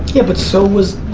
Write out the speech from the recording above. yeah but so was,